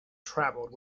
travelled